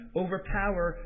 overpower